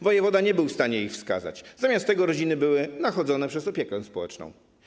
Wojewoda nie był w stanie ich wskazać, zamiast tego rodziny były nachodzone przez opiekę społeczną.